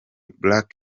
black